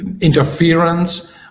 interference